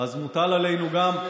אז מוטל עלינו גם,